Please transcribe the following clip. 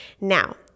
Now